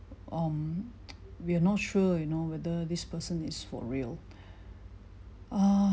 um we're not sure you know whether this person is for real err